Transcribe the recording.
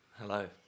Hello